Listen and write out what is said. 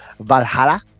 valhalla